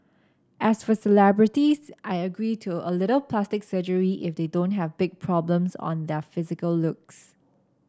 as for celebrities I agree to a little plastic surgery if they don't have big problems on their physical looks